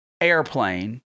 airplane